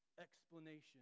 explanation